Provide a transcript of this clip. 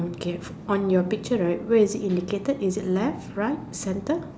okay on your picture right where is it indicated is it left right center